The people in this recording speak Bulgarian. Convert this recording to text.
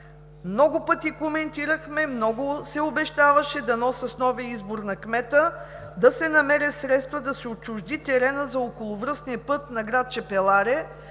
много пъти коментирахме, много се обещаваше, дано с новия избор на кмета, да се намерят средства да се отчужди теренът за околовръстния път на град Чепеларе